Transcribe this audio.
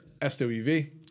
SWV